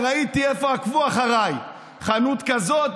ראיתי איפה עקבו אחריי: חנות כזאת,